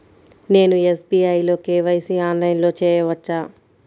నేను ఎస్.బీ.ఐ లో కే.వై.సి ఆన్లైన్లో చేయవచ్చా?